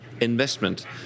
investment